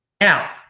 Now